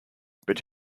but